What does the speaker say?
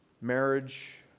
Marriage